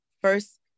first